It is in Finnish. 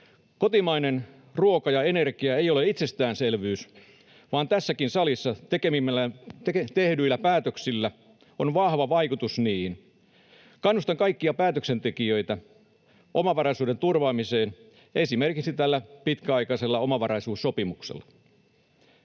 Kotimainen ruoka ja energia eivät ole itsestäänselvyys, vaan tässäkin salissa tehtävillä päätöksillä on vahva vaikutus niihin. Kannustan kaikkia päätöksentekijöitä omavaraisuuden turvaamiseen, esimerkiksi tällä pitkäaikaisella omavaraisuussopimuksella.